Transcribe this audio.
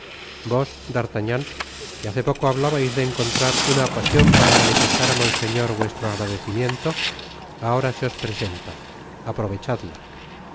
atbos vos d'artagnan que hace poco bablabais de encontrar una ocasion para manifestar á monseñor vuestro agradecimiento ahora se os presenta aprovechadla